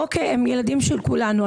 אוקיי, הם ילדים של כולנו.